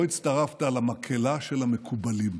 לא הצטרפת למקהלה של המקובלים.